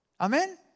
Amen